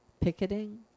picketing